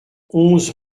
onze